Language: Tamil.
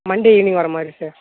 மண்டே ஈவினிங் வர்ற மாதிரி சார்